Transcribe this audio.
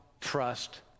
trust